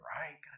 right